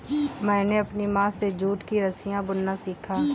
मैंने अपनी माँ से जूट की रस्सियाँ बुनना सीखा